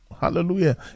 hallelujah